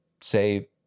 say